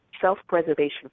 self-preservation